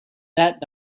that